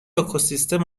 اکوسیستم